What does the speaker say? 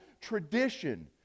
tradition